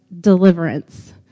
deliverance